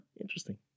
Interesting